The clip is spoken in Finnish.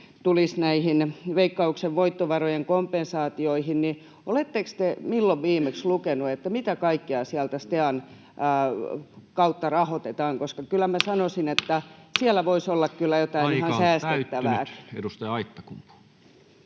tulisi näihin Veikkauksen voittovarojen kompensaatioihin. Milloin viimeksi oletteko lukenut, mitä kaikkea sieltä STEAn kautta rahoitetaan, koska kyllä minä sanoisin, että siellä voisi olla kyllä jotain ihan säästettävää? Aika on täyttynyt. — Edustaja Aittakumpu.